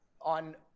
on